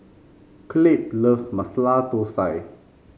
Clabe loves Masala Thosai